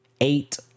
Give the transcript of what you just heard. eight